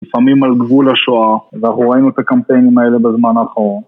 ‫לפעמים על גבול השואה, ‫ואנחנו ראינו את הקמפיינים האלה בזמן אחרון.